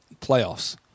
playoffs